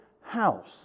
house